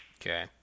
Okay